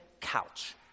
Couch